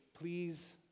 please